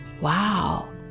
wow